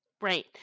Right